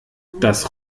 das